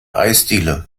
eisdiele